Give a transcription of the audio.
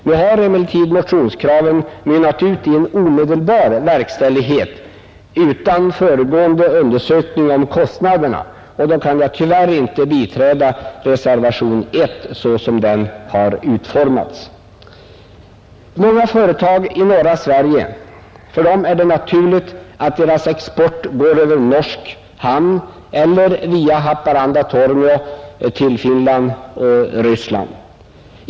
Då emellertid motionskraven mynnar ut i omedelbar verkställighet utan föregående undersökning om kostnaderna kan jag tyvärr inte biträda reservationen 1 såsom den har utformats. För många företag i norra Sverige är det naturligt att deras export går över norsk hamn eller via Haparanda/Torneå till Finland och Ryssland.